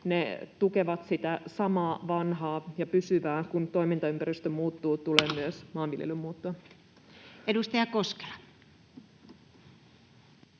ne tukevat sitä samaa vanhaa ja pysyvää. Kun toimintaympäristö muuttuu, tulee myös maanviljelyn muuttua. Edustaja Koskela.